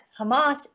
Hamas